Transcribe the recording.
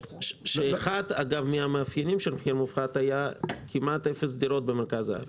אחד המאפיינים של מחיר מופחת היה כמעט אפס דירות במרכז הארץ.